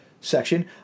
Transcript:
section